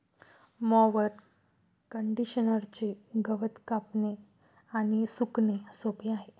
mower कंडिशनरचे गवत कापणे आणि सुकणे सोपे आहे